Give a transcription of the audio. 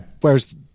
whereas